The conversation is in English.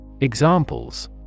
Examples